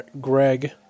Greg